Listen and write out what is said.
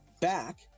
back